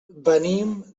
venim